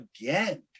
again